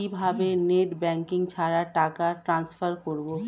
কিভাবে net banking ছাড়া টাকা টান্সফার করব?